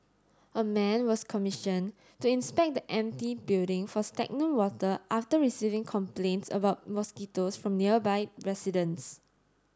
a man was commission to inspect the empty building for stagnant water after receiving complaints about mosquitoes from nearby residents